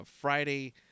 Friday